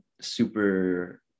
super